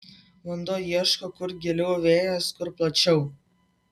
vanduo ieško kur giliau vėjas kur plačiau